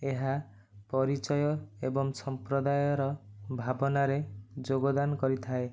ଏହା ପରିଚୟ ଏବଂ ସମ୍ପ୍ରଦାୟର ଭାବନାରେ ଯୋଗଦାନ କରିଥାଏ